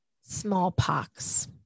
smallpox